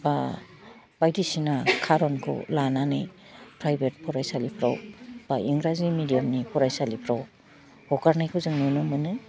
बा बायदिसिना खारनखौ लानानै फ्राइबेट फरायसालिफ्राव बा इंराजि मेदियामनि फरायसालिफ्राव हगारनायखौ जों नुनो मोनो